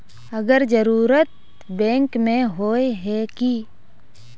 अगर जरूरत बैंक में होय है की?